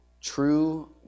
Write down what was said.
True